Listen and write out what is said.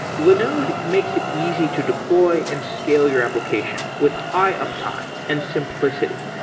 linode makes it easy to deploy and scale your application with high uptime and simplicity.